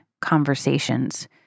conversations